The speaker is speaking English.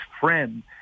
friend